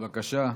בבקשה.